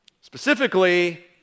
specifically